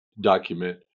document